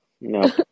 No